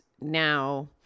now